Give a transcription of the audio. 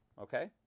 Okay